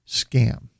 scam